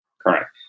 Correct